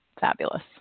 fabulous